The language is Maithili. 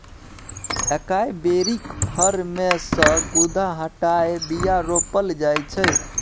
एकाइ बेरीक फर मे सँ गुद्दा हटाए बीया रोपल जाइ छै